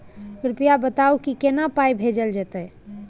कृपया बताऊ की केना पाई भेजल जेतै?